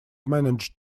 managed